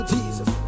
Jesus